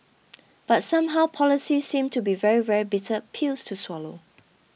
but somehow policies seem to be very very bitter pills to swallow